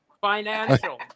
Financial